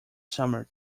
summer